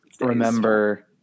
remember –